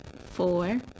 Four